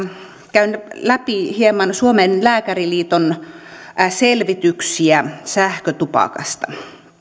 käyn läpi hieman suomen lääkäriliiton selvityksiä sähkötupakasta